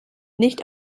nicht